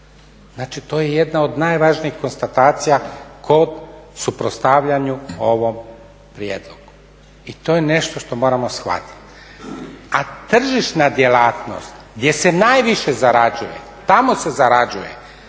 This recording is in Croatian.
Znači to je jedna od najvažnijih konstatacija kod suprotstavljanju ovom prijedlogu i to je nešto što moramo shvatit. A tržišna djelatnost gdje se najviše zarađuje tamo se zarađuje,